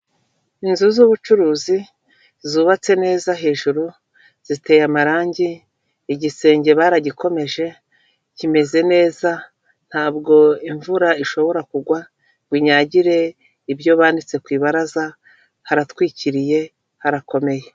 Inzu z'ubucuruzi zubatse neza hejuru ziteye amarangi, igisenge baragikomeje kimeze neza, ntabwo imvura ishobora kugwa unyagire ibyo banditse ku ibaraza, haratwikiriye, harakomeye.